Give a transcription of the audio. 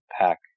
pack